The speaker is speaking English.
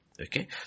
okay